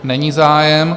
Není zájem.